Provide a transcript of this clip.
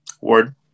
Ward